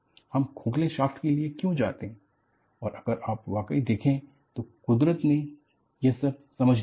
हम खोखले शाफ़्ट के लिए क्यों जाते हैं और अगर आप वाकई देखें तो कुदरत ने यह सब समझ लिया है